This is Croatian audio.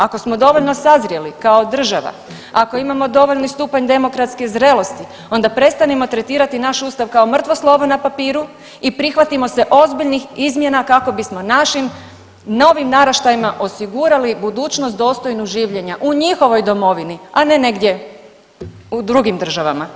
Ako smo dovoljno sazrjeli kao država, ako imamo dovoljni stupanj demokratske zrelosti onda prestanimo tretirati naš Ustav kao mrtvo slovo na papiru i prihvatimo se ozbiljnih izmjena kako bismo našim novim naraštajima osigurali budućnost dostojnu življenja u njihovoj domovini, a ne negdje u drugim državama.